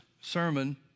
sermon